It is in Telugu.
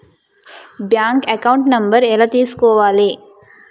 బ్యాంక్ అకౌంట్ నంబర్ ఎలా తీసుకోవాలి?